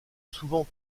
souvent